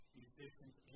musicians